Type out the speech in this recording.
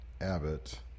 Abbott